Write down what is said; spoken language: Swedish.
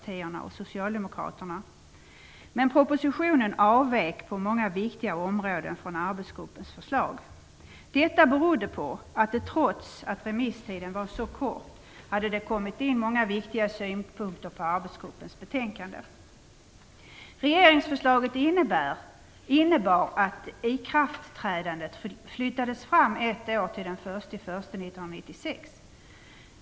Socialdemokraterna. Men propositionen avvek på många viktiga områden från arbetsgruppens förslag. Detta berodde på att det, trots att remisstiden var så kort, hade kommit in många viktiga synpunkter på arbetsgruppens betänkande. Regeringsförslaget innebar att ikraftträdandet flyttades fram ett år, till den 1 januari 1996.